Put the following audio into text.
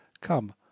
come